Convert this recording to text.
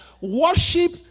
worship